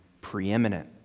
preeminent